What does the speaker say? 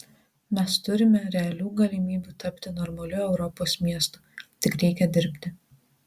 mes turime realių galimybių tapti normaliu europos miestu tik reikia dirbti